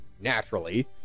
naturally